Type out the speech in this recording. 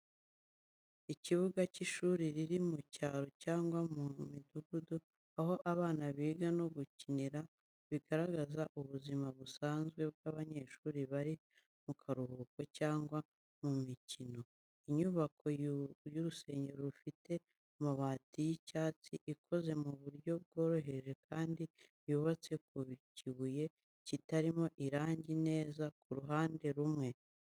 Ikibuga cy’ishuri riri mu cyaro cyangwa mu midugudu, aho abana biga no gukinira, bigaragaza ubuzima busanzwe bw’abanyeshuri bari mu karuhuko cyangwa mu mikino. Inyubako y’urusenge rufite amabati y'icyatsi, ikoze mu buryo bworoheje kandi yubatse ku kibuye kitarimo irangi neza ku ruhande rumwe.